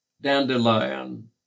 Dandelion